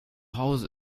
hause